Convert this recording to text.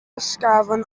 ysgafn